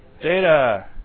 data